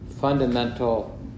fundamental